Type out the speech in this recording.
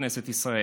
בכנסת ישראל.